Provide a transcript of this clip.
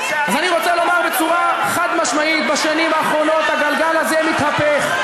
אז אני רוצה לומר בצורה חד-משמעית: בשנים האחרונות הגלגל הזה מתהפך.